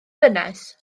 ddynes